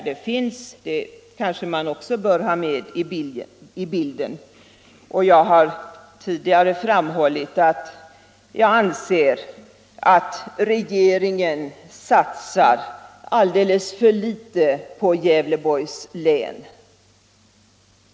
Det kanske man också bör ha med i bilden. Jag har i tidigare riksdagsdebatter framhållit att jag anser att regeringen satsar alldeles för litet på Gävleborgs län.